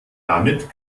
damit